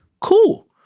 Cool